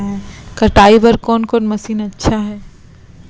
कटाई बर कोन कोन मशीन अच्छा हे?